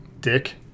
Dick